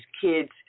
kids